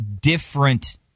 different